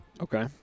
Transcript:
Okay